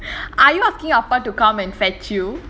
are you asking அப்பா:appa to come and fetch you